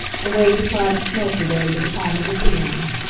and waved a cloud of smoke away with the palm of his hand.